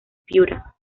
piura